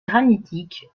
granitique